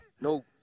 No